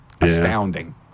astounding